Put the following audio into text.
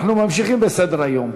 אנחנו ממשיכים בסדר-היום: